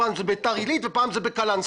פעם זה ביתר עלית ופעם זה בקלנסואה,